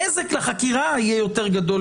הנזק לחקירה יהיה יותר גדול,